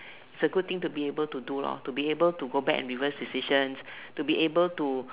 it's a good thing to be able to do lor to be able to go back and reverse decisions to be able to